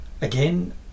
Again